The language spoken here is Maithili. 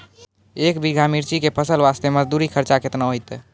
एक बीघा मिर्ची के फसल वास्ते मजदूरी खर्चा केतना होइते?